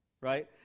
right